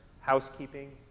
housekeeping